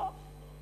לא.